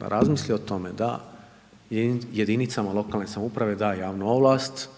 razmislite o tome da jedinicama lokalne samouprave daju javnu ovlast